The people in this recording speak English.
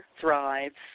thrives